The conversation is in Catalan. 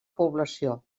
població